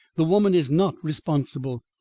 the woman is not responsible.